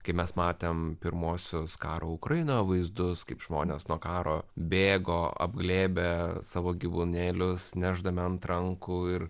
kai mes matėme pirmuosius karo ukrainoje vaizdus kaip žmonės nuo karo bėgo apglėbę savo gyvūnėlius nešdami ant rankų ir